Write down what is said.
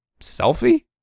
selfie